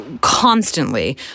constantly